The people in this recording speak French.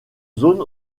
zone